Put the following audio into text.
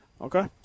Okay